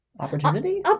Opportunity